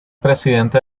presidente